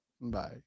Bye